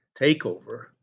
takeover